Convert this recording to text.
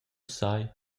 sai